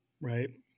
right